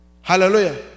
hallelujah